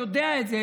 יודע את זה,